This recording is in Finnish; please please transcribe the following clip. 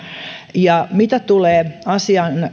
ja mitä tulee